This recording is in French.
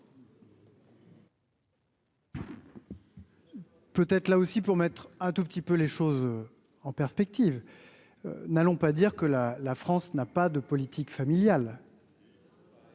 Peut être là aussi pour mettre un tout petit peu les choses en perspective, n'allons pas dire que la la France n'a pas de politique familiale.